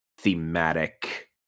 thematic